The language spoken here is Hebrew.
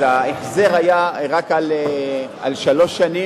ההחזר היה רק על שלוש שנים,